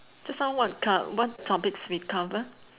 just now what what topics we cover